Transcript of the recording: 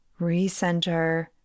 recenter